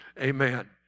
amen